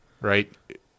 right